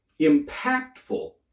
impactful